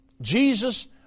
Jesus